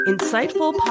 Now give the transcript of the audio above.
Insightful